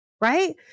right